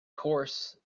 course